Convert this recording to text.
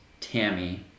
Tammy